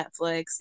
netflix